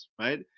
right